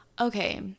Okay